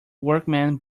workman